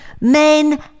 Men